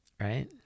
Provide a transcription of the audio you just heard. right